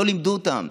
לא לימדו אותם.